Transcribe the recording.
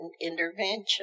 intervention